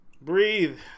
Breathe